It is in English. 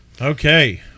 Okay